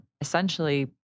essentially